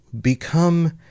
become